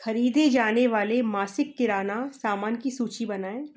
ख़रीदे जाने वाले मासिक किराना सामान की सूची बनाएँ